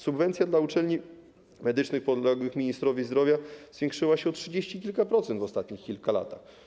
Subwencja dla uczelni medycznych podległych ministrowi zdrowia zwiększyła się o trzydzieści kilka procent w ostatnich kilku latach.